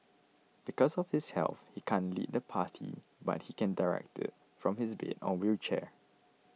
because of his health he can't lead the party but he can direct it from his bed or wheelchair